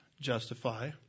justify